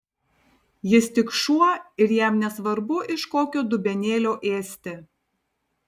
jis tik šuo ir jam nesvarbu iš kokio dubenėlio ėsti